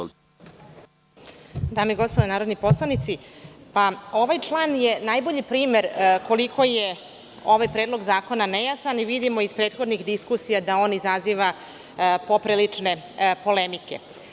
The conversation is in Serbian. Dame i gospodo narodni poslanici, ovaj član je najbolji primer koliko je ovaj predlog zakona nejasan i vidimo iz prethodnih diskusija da on izaziva poprilične polemike.